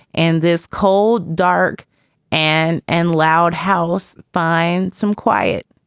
and this cold, dark and and loud house find some quiet.